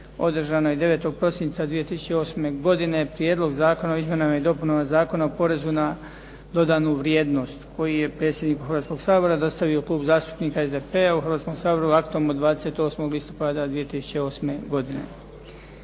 održanoj 9. prosinca 2008. godine Prijedlog zakona o izmjenama i dopunama Zakona o porezu na dodanu vrijednost koji je predsjedniku Hrvatskoga sabora dostavio Klub zastupnika SDP-a u Hrvatskom saboru aktom od 28. listopada 2008. godine.